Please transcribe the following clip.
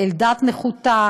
כאל דת נחותה.